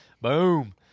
Boom